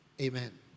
Amen